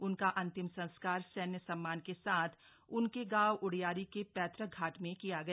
उनका अन्तिम संस्कार सक्ष्य सम्मान के साथ उनके गांव उडियारी के पत्रृक घाट में किया गया